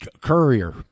courier